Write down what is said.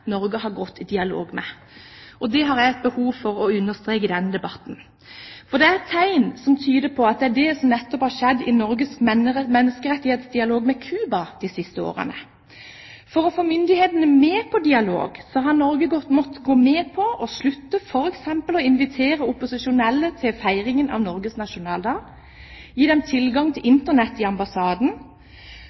Norge har gått i dialog med. Det har jeg et behov for å understreke i denne debatten. For det er tegn som tyder på at det er nettopp det som har skjedd i Norges menneskerettighetsdialog med Cuba de siste årene. For å få myndighetene med på dialog har Norge måttet gå med på å slutte f.eks. å invitere opposisjonelle til feiringen av Norges nasjonaldag og gi dem tilgang til Internett i ambassaden.